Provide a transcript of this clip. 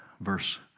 verse